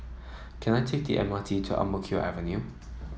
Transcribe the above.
can I take the M R T to Ang Mo Kio Avenue